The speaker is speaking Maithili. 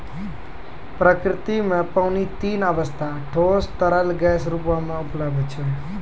प्रकृति म पानी तीन अबस्था ठोस, तरल, गैस रूपो म उपलब्ध छै